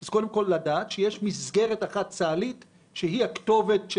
יש לדעת שיש מסגרת צה"לית שהיא הכתובת של